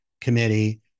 committee